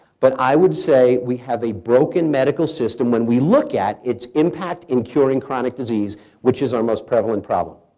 but i would say we have a broken medical system when we look at its impact in curing chronic disease which is our most prevalent problem.